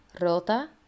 rota